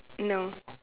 no